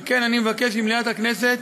על כן, אני מבקש שמליאת הכנסת